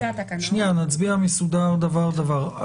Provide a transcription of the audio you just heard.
נצביע במסודר דבר דבר.